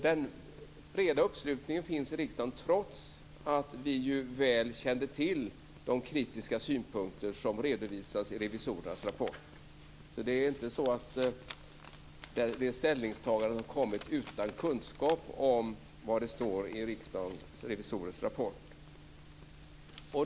Den breda uppslutningen finns i riksdagen, trots att vi väl kände till de kritiska synpunkter som redovisas i revisorernas rapport. Det är inte så att det ställningstagandet har kommit utan kunskap om vad det står i Riksdagens revisorers rapport.